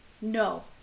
No